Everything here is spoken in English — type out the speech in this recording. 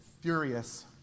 furious